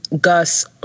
Gus